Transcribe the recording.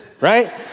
right